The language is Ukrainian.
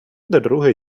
друге